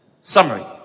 Summary